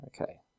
Okay